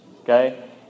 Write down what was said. Okay